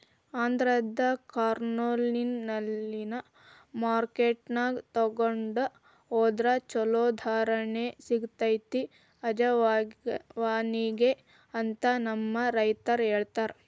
ಆಂಧ್ರದ ಕರ್ನೂಲ್ನಲ್ಲಿನ ಮಾರ್ಕೆಟ್ಗೆ ತೊಗೊಂಡ ಹೊದ್ರ ಚಲೋ ಧಾರಣೆ ಸಿಗತೈತಿ ಅಜವಾನಿಗೆ ಅಂತ ನಮ್ಮ ರೈತರು ಹೇಳತಾರ